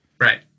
Right